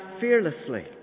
fearlessly